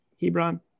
hebron